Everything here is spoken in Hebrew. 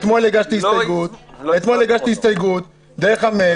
אתמול הגשתי הסתייגות דרך המייל.